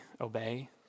obey